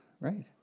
Right